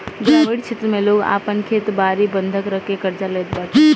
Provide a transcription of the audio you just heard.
ग्रामीण क्षेत्र में लोग आपन खेत बारी बंधक रखके कर्जा लेत बाटे